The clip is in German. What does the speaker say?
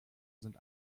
sind